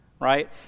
right